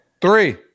Three